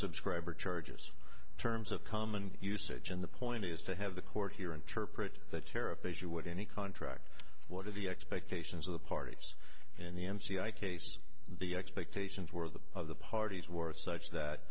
subscriber charges terms of common usage and the point is to have the court here interpret the tariff as you would any contract what are the expectations of the parties in the m c i case the expectations were the parties were such that